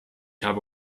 habe